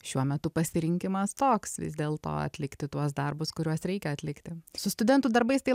šiuo metu pasirinkimas toks vis dėlto atlikti tuos darbus kuriuos reikia atlikti su studentų darbais tai